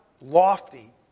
lofty